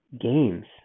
games